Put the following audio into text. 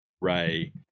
ray